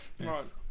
Right